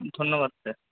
ধন্যবাদ স্যার